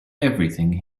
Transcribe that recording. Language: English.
everything